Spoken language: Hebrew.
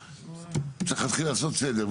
צריך להתחיל לעשות סדר.